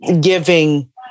giving